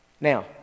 Now